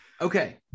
Okay